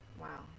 Wow